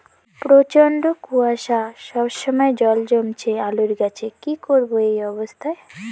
প্রচন্ড কুয়াশা সবসময় জল জমছে আলুর গাছে কি করব এই অবস্থায়?